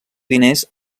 diners